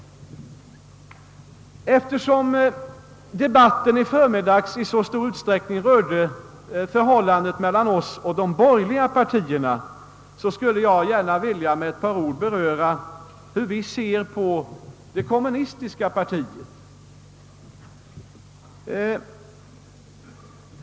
Eftersom debatten i förmiddags i så stor utsträckning rörde förhållandet mellan oss och de borgerliga partierna, skulle jag gärna vilja med ett par ord beröra hur vi ser på det kommunistiska partiet.